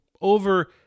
Over